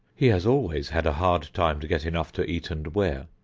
he has always had a hard time to get enough to eat and wear,